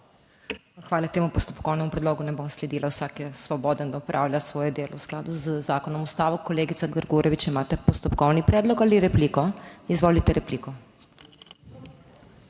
Hvala. Temu postopkovnemu predlogu ne bo sledila. Vsak je svoboden, da opravlja svoje delo v skladu z zakonom, Ustavo. Kolegica Grgurevič, imate postopkovni predlog ali repliko? Izvolite repliko.